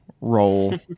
Roll